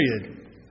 period